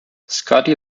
scotti